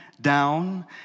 down